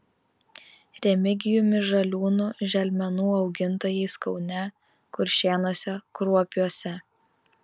remigijumi žaliūnu želmenų augintojais kaune kuršėnuose kruopiuose